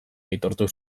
aitortu